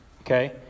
Okay